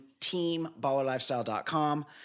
teamballerlifestyle.com